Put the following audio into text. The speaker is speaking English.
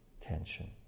tension